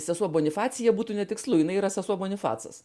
sesuo bonifacija būtų netikslu jinai yra sesuo bonifacas